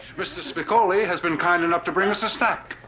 mr. spicoli has been kind enough to bring us a snack.